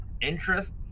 interest